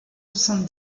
soixante